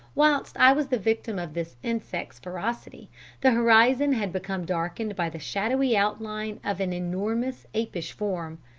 whilst i was the victim of this insect's ferocity the horizon had become darkened by the shadowy outline of an enormous apish form.